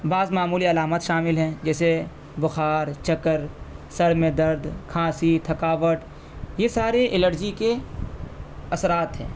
بعض معمولی علامت شامل ہیں جیسے بخار چکر سر میں درد کھانسی تھکاوٹ یہ سارے الرجی کے اثرات ہیں